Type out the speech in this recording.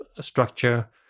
structure